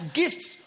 gifts